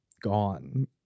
Gone